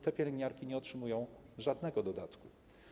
Te pielęgniarki nie otrzymują żadnego dodatku.